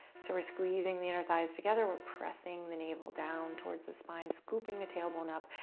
so we're squeezing the inner thighs together. we're pressing the navel down towards the spine, scooping the tailbone up,